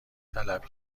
طلب